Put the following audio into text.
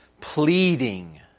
pleading